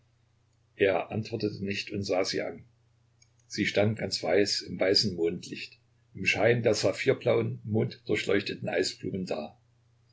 er antwortete nicht und sah sie an sie stand ganz weiß im weißen mondlicht im schein der saphirblauen monddurchleuchteten eisblumen da